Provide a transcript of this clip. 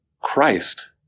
christ